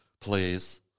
please